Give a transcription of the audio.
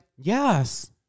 Yes